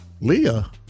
Leah